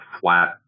flat